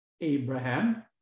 Abraham